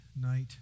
night